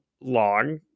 long